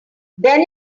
then